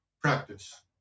practice